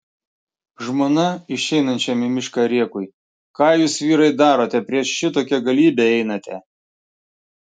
žmona išeinančiam į mišką rėkui ką jūs vyrai darote prieš šitokią galybę einate